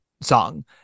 song